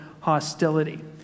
hostility